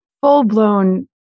full-blown